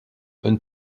une